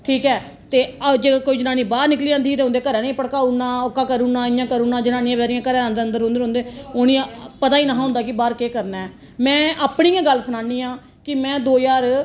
ठीक ऐ ते अज्ज कोई जनानी बाहर निकली जंदी ही ते ओहदे घरे आहले गी भड़काई ओड़ना इयां करी ओड़ना उआं करी ओड़ना जनानियां बचैरियां घरै दे अंदर रौंहदे रौंहदे पता ही नेईं हा होंदा कि बाहर केह करना ऐ में अपनी गै गल्ल सनानी हां कि में दो ज्हार